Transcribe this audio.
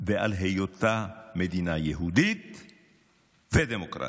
ועל היותה מדינה יהודית ודמוקרטית.